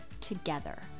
together